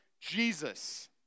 Jesus